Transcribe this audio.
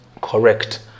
correct